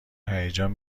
هیجان